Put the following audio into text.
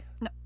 No